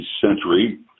century